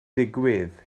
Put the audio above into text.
digwydd